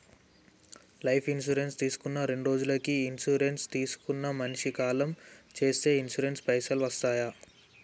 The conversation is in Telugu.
లైఫ్ ఇన్సూరెన్స్ తీసుకున్న రెండ్రోజులకి ఇన్సూరెన్స్ తీసుకున్న మనిషి కాలం చేస్తే ఇన్సూరెన్స్ పైసల్ వస్తయా?